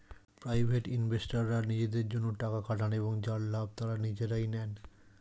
private ইনভেস্টররা নিজেদের জন্যে টাকা খাটান এবং যার লাভ তারা নিজেরাই নেন